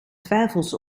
twijfels